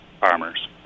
farmers